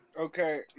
okay